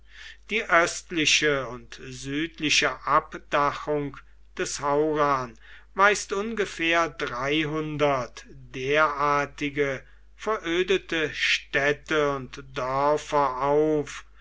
die östliche und südliche abdachung des haurn weist ungefähr dreihundert derartige verödete städte und dörfer auf